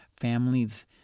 families